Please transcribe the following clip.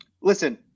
Listen